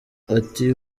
ati